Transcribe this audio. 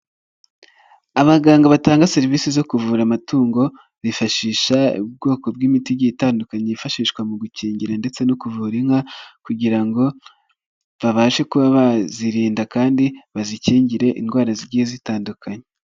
Abaganga batanga serivisi zo kuvura amatungo, bifashisha ubwoko bw'imiti igiye itandukanye yifashishwa mu gukingira ndetse no kuvura inka, kugira ngo babashe kuba bazirinda kandi bazikingire indwara zigiye zitandukanye.